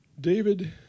David